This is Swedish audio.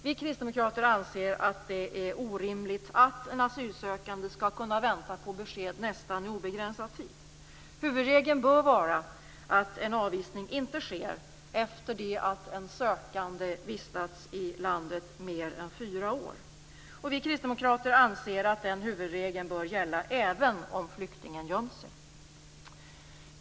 Vi kristdemokrater anser att det är orimligt att en asylsökande skall kunna vänta på besked i nästan obegränsad tid. Huvudregeln bör vara att en avvisning inte sker efter det att en sökande vistats i landet mer än fyra år. Vi kristdemokrater anser att den huvudregeln bör gälla även om flyktingen gömt sig.